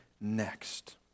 next